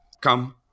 Come